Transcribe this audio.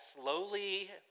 slowly